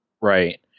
Right